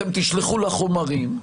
אתם תשלחו לה חומרים,